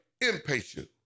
impatient